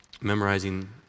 memorizing